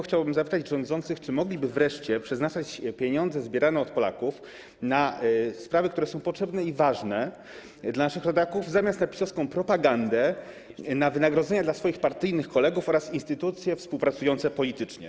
Chciałbym zapytać rządzących, czy mogliby wreszcie przeznaczać pieniądze zbierane od Polaków na sprawy, które są ważne dla naszych rodaków i potrzebne, zamiast na PiS-owską propagandę, na wynagrodzenia dla swoich partyjnych kolegów oraz na instytucje współpracujące politycznie?